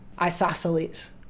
isosceles